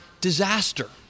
disaster